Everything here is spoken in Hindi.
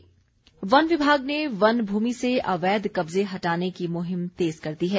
अवैध कब्जे वन विभाग ने वन भूमि से अवैध कब्जे हटाने की मुहिम तेज कर दी है